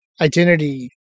identity